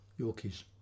Yorkies